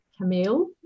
Camille